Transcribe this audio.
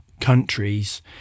countries